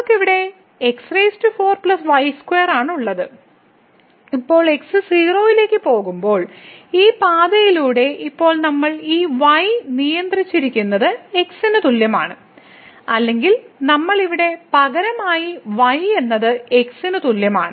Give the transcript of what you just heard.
നമുക്ക് ഇവിടെ x4 y2 റാണുള്ളത് ഇപ്പോൾ x 0 ലേക്ക് പോകുമ്പോൾ ഈ പാതയിലൂടെ ഇപ്പോൾ നമ്മൾ ഈ y നിയന്ത്രിച്ചിരിക്കുന്നത് x ന് തുല്യമാണ് അല്ലെങ്കിൽ നമ്മൾ ഇവിടെ പകരമായി y എന്നത് x ന് തുല്യമാണ്